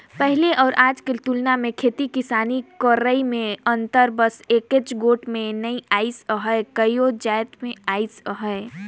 पहिली अउ आज के तुलना मे खेती किसानी करई में अंतर बस एकेच गोट में नी अइस अहे कइयो जाएत में अइस अहे